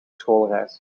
schoolreis